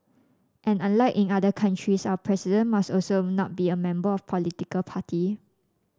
and unlike in other countries our President must also not be a member of political party